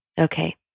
okay